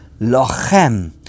lochem